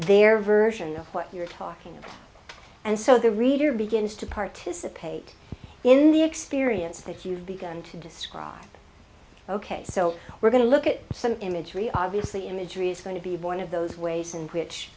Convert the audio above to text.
their version of what you're talking about and so the reader begins to participate in the experience that you've begun to describe ok so we're going to look at some imagery obviously imagery is going to be born of those ways in which